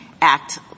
act